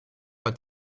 war